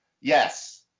yes